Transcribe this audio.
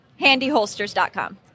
handyholsters.com